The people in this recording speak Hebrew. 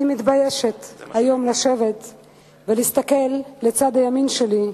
אני מתביישת היום לשבת ולהסתכל לצד ימין שלי,